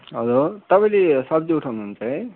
hello तपाईँले सब्जी उठाउनुहुन्छ है